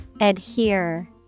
Adhere